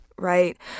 right